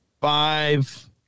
five